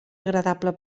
agradable